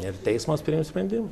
ir teismas priims sprendimą